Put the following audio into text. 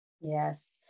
Yes